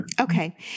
Okay